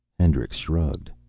hendricks shrugged.